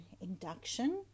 induction